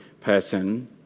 person